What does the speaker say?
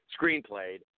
screenplayed